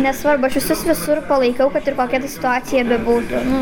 nesvarbu aš visus visur palaikiau kad ir kokia ta situacija bebūtų nu